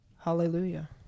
Hallelujah